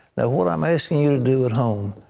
what i'm asking you to do at home,